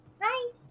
Hi